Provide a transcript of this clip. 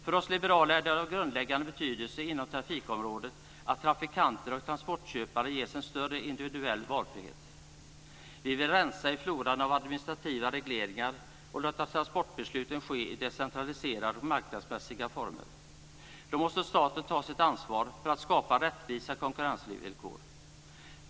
För oss liberaler är det av grundläggande betydelse att trafikanter och transportköpare ges en större individuell valfrihet inom trafikområdet. Vi vill rensa i floran av administrativa regleringar och låta transportbesluten ske i decentraliserade och marknadsmässiga former. Då måste staten ta sitt ansvar för att skapa rättvisa konkurrensvillkor.